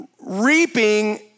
reaping